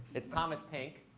it's thomas tank.